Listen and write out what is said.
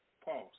pause